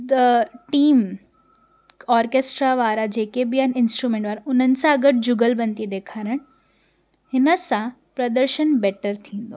the team orchestra वारा जेके बि आहिनि इंस्ट्रूमेंट वारा उन्हनि सां गॾु जुगल बंदी ॾेखारणु हिन सां प्रदर्शन बेटर थींदो आहे